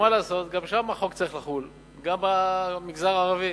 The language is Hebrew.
מה לעשות, גם שם החוק צריך לחול, גם במגזר הערבי.